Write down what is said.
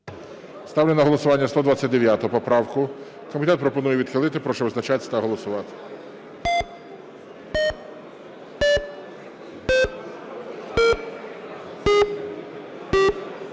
Ставлю на голосування 129 поправку. Комітет пропонує відхилити. Прошу визначатися та голосувати.